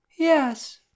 Yes